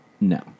No